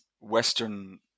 Western